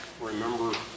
remember